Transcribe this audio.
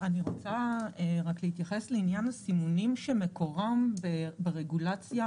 אני רוצה רק להתייחס לעניין הסימונים שמקורם ברגולציה